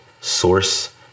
Source